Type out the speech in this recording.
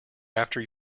after